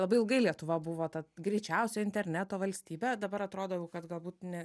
labai ilgai lietuva buvo ta greičiausio interneto valstybe o dabar atrodo jau kad galbūt ne